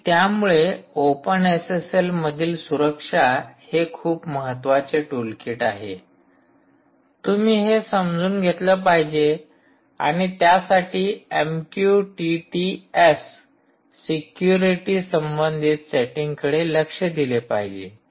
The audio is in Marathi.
आणि त्यामुळे ओपन एसएसएल मधील सुरक्षा हे खूप महत्त्वाचे टूलकिट आहे तुम्ही हे समजून घेतलं पाहिजे आणि त्यासाठी एमक्यूटीटीएस सिक्युरिटी संबंधित सेटिंगकडे लक्ष दिले पाहिजे